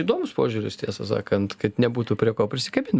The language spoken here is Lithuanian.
įdomus požiūris tiesą sakant kad nebūtų prie ko prisikabint